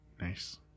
nice